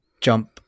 jump